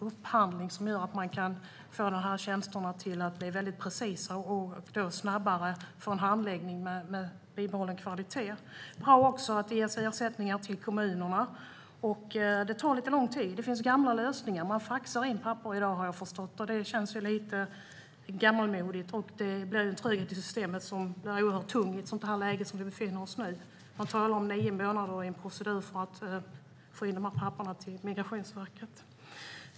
Upphandling gör att de tjänsterna kan bli väldigt precisa och kan leda till snabbare handläggning med bibehållen kvalitet. Det är också bra att det ges ersättningar till kommunerna. Det tar lite lång tid. Det är gamla lösningar. Jag har förstått att man faxar in papper i dag. Det känns lite gammalmodigt och leder till en tröghet i systemet som blir tungt i ett sådant läge som vi befinner oss i. Det talas om en nio månader lång procedur för att få in papperen till Migrationsverket.